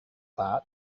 that